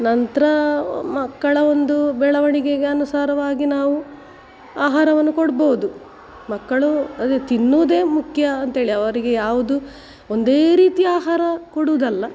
ನಂತರ ಮಕ್ಕಳ ಒಂದು ಬೆಳವಣಿಗೆಗೆ ಅನುಸಾರವಾಗಿ ನಾವು ಆಹಾರವನ್ನು ಕೊಡ್ಬೌದು ಮಕ್ಕಳು ಅದೇ ತಿನ್ನುದೇ ಮುಖ್ಯ ಅಂತ್ಹೇಳಿ ಅವರಿಗೆ ಯಾವುದು ಒಂದೇ ರೀತಿಯ ಆಹಾರ ಕೊಡುವುದಲ್ಲ